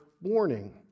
warning